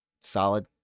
solid